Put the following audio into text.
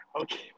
Okay